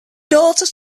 daughters